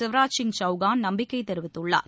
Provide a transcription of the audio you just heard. சிவராஜ்சிங் சவ்கான் நம்பிக்கை தெரிவித்துள்ளார்